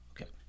Okay